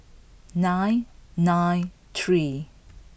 nine nine three